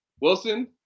Wilson